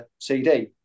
CD